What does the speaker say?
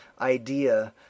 idea